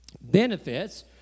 Benefits